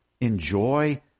enjoy